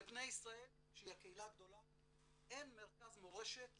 לבני ישראל שהיא הקהילה הגדולה אין מרכז מורשת